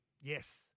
Yes